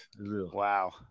Wow